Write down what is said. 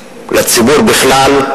לציבור בכלל,